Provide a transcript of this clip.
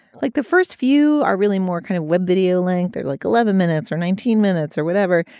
like the first few are really more kind of web video link they're like eleven minutes or nineteen minutes or whatever.